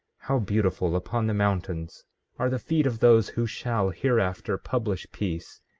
how beautiful upon the mountains are the feet of those who shall hereafter publish peace,